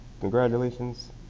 Congratulations